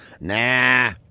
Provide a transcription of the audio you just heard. Nah